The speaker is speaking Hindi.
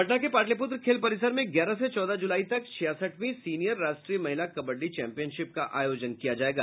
पटना के पाटलिपुत्र खेल परिसर में ग्यारह से चौदह जुलाई तक छियासठवीं सीनियर राष्ट्रीय महिला कबड्डी चैंपियनशिप का आयोजन किया जायेगा